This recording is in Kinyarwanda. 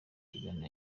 kiganiro